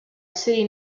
city